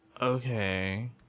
Okay